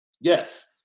yes